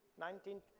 nineteen?